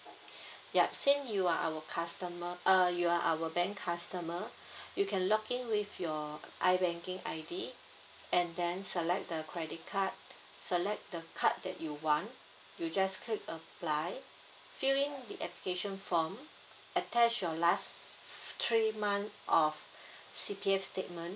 yup since you are our customer uh you are our bank customer you can login with your ibanking I_D and then select the credit card select the card that you want you just click apply fill in the application form attach your last three month of C_P_S statement